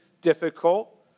difficult